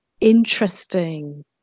interesting